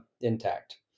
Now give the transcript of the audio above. intact